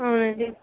అవునండి